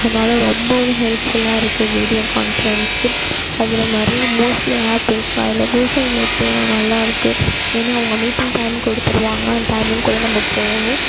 அதனால் ரொம்பவும் ஹெல்ப்ஃபுல்லாக இருக்குது வீடியோ கான்ஃபரன்ஸ்சு அதில் நிறையா மோஸ்ட்லி ஆப் இருக்குது அதில் கூகுள் மீட் நல்லாயிருக்கு ஏன்னால் அவங்க மீட்டிங் டைம் கொடுத்துருவாங்க அந்த டைமிங்குள்ளே நம்ம போகணும்